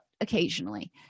occasionally